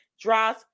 draws